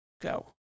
go